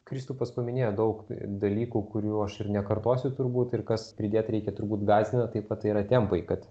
kristupas paminėjo daug dalykų kurių aš ir nekartosiu turbūt ir kas pridėt reikia turbūt gąsdina tai kad yra tempai kad